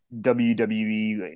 WWE